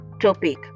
topic